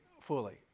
fully